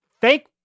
thank